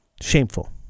Shameful